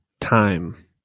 time